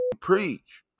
preach